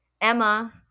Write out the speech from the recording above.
Emma